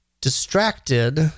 distracted